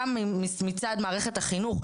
גם מצד מערכת החינוך,